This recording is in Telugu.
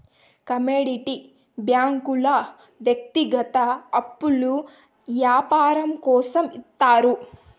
కమోడిటీ బ్యాంకుల వ్యక్తిగత అప్పులు యాపారం కోసం ఇత్తారు